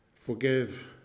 Forgive